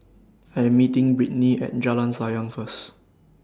I Am meeting Brittny At Jalan Sayang First